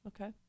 Okay